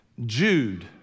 Jude